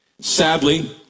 Sadly